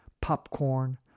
popcorn